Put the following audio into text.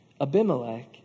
Abimelech